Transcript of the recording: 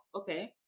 okay